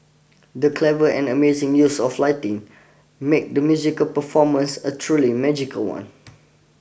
the clever and amazing use of lighting made the musical performance a truly magical one